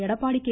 Edappadi K